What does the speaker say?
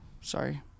Sorry